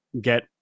get